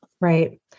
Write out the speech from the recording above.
Right